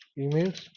emails